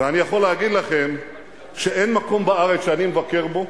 ואני יכול להגיד לכם שאין מקום בארץ שאני מבקר בו